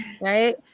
right